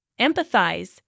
empathize